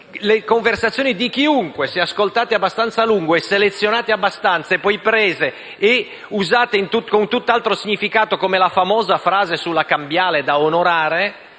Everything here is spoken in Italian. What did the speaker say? le conversazioni di chiunque fossero ascoltate abbastanza a lungo, selezionate, prese e usate con tutt'altro significato, come la famosa frase sulla cambiale da onorare,